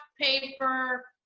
paper